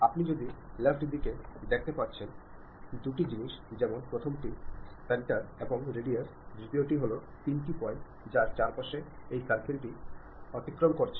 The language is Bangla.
আপনি যদি লেফট দিকে দেখতে পাচ্ছেন দুটি জিনিস যেমন প্রথমটি সেন্টার এবং রাডিউস দ্বিতীয়টি হলো তিনটি পয়েন্ট যার চারপাশে এই সার্কেল টি অতিক্রম করছে